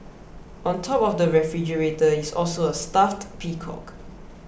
on top of the refrigerator is also a stuffed peacock